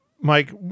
Mike